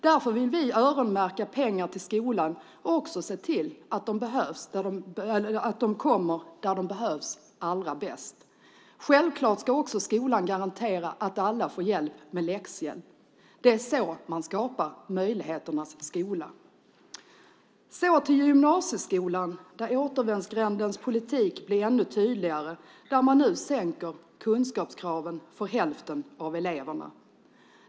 Därför vill vi öronmärka pengar till skolan och se till att de kommer till användning där de behövs allra bäst. Självklart ska skolan också garantera att alla får läxhjälp. Det är så man skapar möjligheternas skola. Så går jag över till gymnasieskolan, där återvändsgrändens politik blir ännu tydligare och där kunskapskraven sänks för hälften av eleverna.